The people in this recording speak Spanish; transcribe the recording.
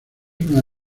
una